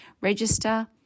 register